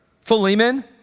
Philemon